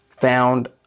found